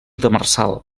demersal